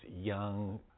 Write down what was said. young